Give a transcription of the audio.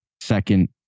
second